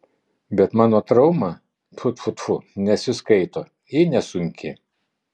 bet mano trauma tfu tfu tfu nesiskaito ji nesunki